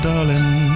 Darling